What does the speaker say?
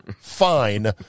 fine